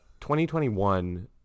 2021